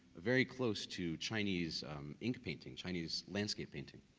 very close to chinese ink painting, chinese landscape painting.